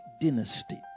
dynasty